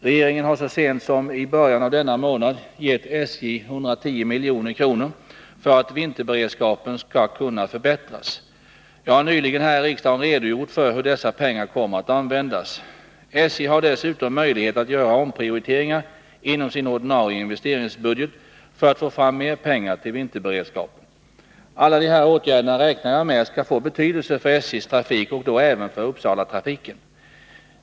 Regeringen har så sent som i början av denna månad gett SJ 110 milj.kr. för att vinterberedskapen skall kunna förbättras. Jag har nyligen här i riksdagen redogjort för hur dessa pengar kommer att användas. SJ har dessutom möjlighet att göra omprioriteringar inom sin ordinarie investeringsbudget för att få fram mer pengar till vinterberedskapen. Alla de här åtgärderna räknar jag med skall få betydelse för SJ:s trafik och då även för Uppsalatrafiken.